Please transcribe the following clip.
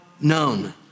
known